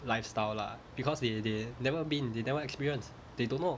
lifestyle lah because they they never been they never experience they don't know